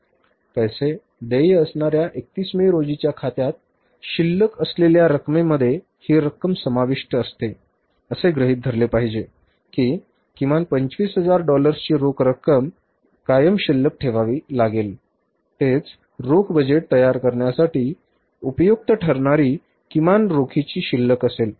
पैसे देय असणार्या 31 मे रोजीच्या खात्यात शिल्लक असलेल्या रकमेमध्ये ही रक्कम समाविष्ट असते असे गृहित धरले पाहिजे की किमान 25000 डॉलर्सची रोख रक्कम कायम शिल्लक ठेवावी लागेल तेच रोख बजेट तयार करण्यासाठी उपयुक्त ठरणारी किमान रोखीची शिल्लक असेल